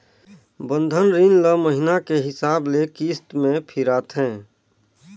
बंधन रीन ल महिना के हिसाब ले किस्त में फिराथें